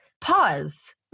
pause